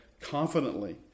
confidently